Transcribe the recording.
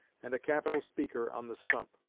and a capital speaker on the stump.